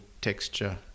texture